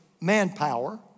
manpower